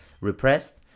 repressed